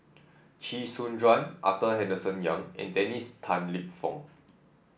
Chee Soon Juan Arthur Henderson Young and Dennis Tan Lip Fong